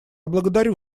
благодарю